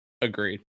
agreed